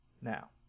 Now